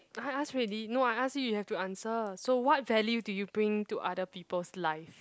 I ask already no I ask you you have to answer so what value do you bring to other people's lives